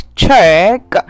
check